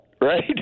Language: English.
right